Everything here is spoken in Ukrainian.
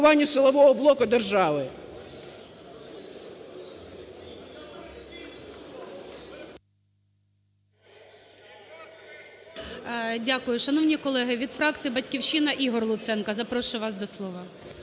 Дякую. Шановні колеги, від фракції "Батьківщина" Ігор Луценко, запрошую вас до слова.